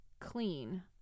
clean